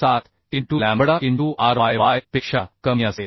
7 into lambda into ryy पेक्षा कमी असेल